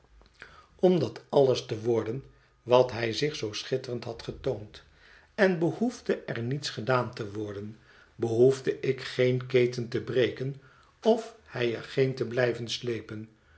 dat alles te worden wat hij zich zoo schitterend had getoond en behoefde er niets gedaan te worden behoefde ik geen keten te breken of hij er geen te blijven slepen